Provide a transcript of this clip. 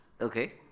Okay